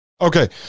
okay